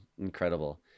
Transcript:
incredible